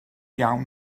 iawn